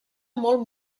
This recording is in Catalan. molt